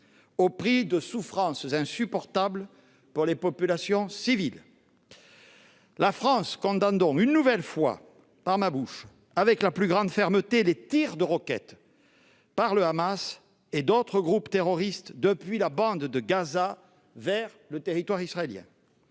au prix de souffrances insupportables pour les populations civiles. La France condamne donc une nouvelle fois par ma voix, avec la plus grande fermeté, les tirs de roquettes par le Hamas et d'autres groupes terroristes depuis la bande de Gaza vers le territoire israélien.